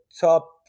top